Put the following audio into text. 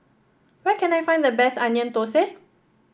where can I find the best Onion Thosai